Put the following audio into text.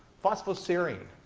phosphoserine,